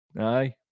Aye